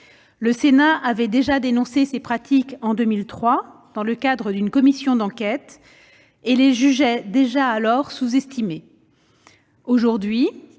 Le Sénat avait déjà dénoncé ces pratiques en 2003, dans le cadre d'une commission d'enquête. Il les jugeait alors sous-estimées. Aujourd'hui,